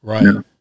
Right